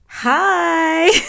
Hi